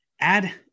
Add